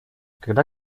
когда